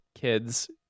kids